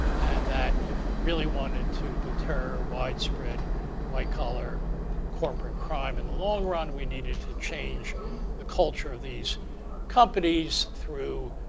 and that if we really wanted to deter widespread white collar corporate crime in the long run, we needed to change the culture of these companies through